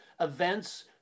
Events